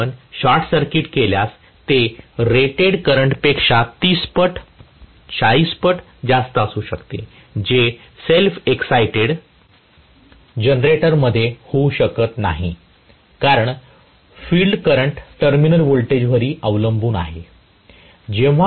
जर आपण short circuit केल्यास ते रेटेड करंटपेक्षा 30 पट 40 पट जास्त असू शकते जे सेल्फ एक्सायटेड जनरेटरमध्ये होऊ शकत नाही कारण फील्ड करंट टर्मिनल व्होल्टेजवरही अवलंबून आहे